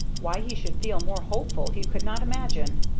why he should feel more hopeful he could not imagine,